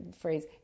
phrase